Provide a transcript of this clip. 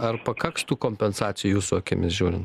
ar pakaks tų kompensacijų jūsų akimis žiūrint